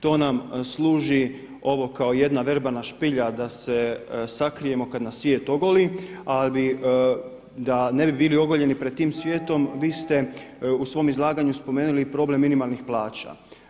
To nam služi ovo kao jedna verbalna špilja da se sakrijemo kada nas svijet ogoli, a da ne bi bili ogoljeni pred tim svijetom, vi ste u svom izlaganju spomenuli problem minimalnih plaća.